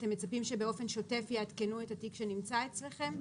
אתם מצפים שבאופן שוטף יעדכנו את התיק שנמצא אצלכם?